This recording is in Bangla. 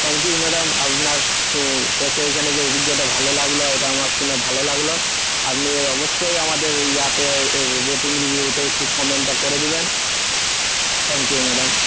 থ্যাংক ইউ ম্যাডাম আপনার এসে এখানে যে অভিজ্ঞতা ভালো লাগল এটা আমার শুনে ভালো লাগল আপনি অবশ্যই আমাদের ইয়েতে এ রেটিং রিভিউতে একটু কমেন্টটা করে দেবেন থ্যাংক ইউ ম্যাডাম